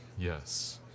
yes